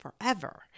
forever